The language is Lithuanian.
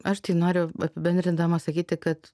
aš tai noriu apibendrindama sakyti kad